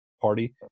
party